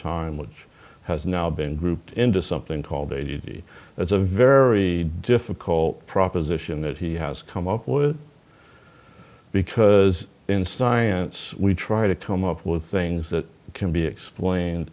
time which has now been grouped into something called a duty that's a very difficult proposition that he has come up with because in science we try to come up with things that can be explained